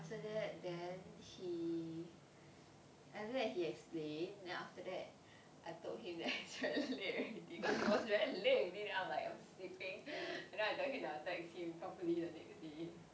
after that then he after that he explained then after that I told him that it was very late already cause it was very late already then I'm like I'm sleeping then I tell him properly the next day